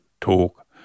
talk